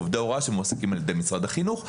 עובדי הוראה שמועסקים על ידי משרד החינוך,